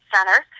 Center